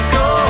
go